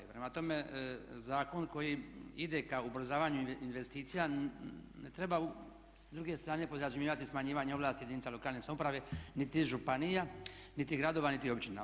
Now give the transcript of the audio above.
Prema tome, zakon koji ide ka ubrzavanju investicija ne treba s druge strane podrazumijevati smanjivanje ovlasti jedinica lokalne samouprave niti županija, niti gradova, niti općina.